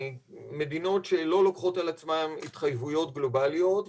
מדינות שלא לוקחות על עצמן התחייבויות גלובליות,